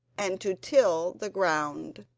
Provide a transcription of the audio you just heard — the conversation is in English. and to till the ground,